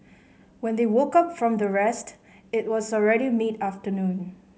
when they woke up from their rest it was already mid afternoon